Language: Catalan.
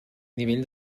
nivell